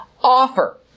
offer